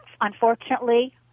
unfortunately